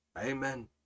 amen